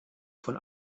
von